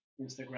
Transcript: Instagram